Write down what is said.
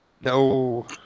No